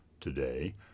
today